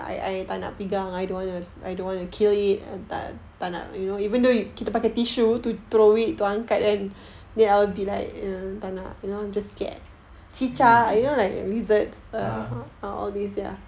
mm ah